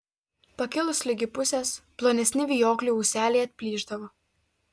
pakilus ligi pusės plonesni vijoklių ūseliai atplyšdavo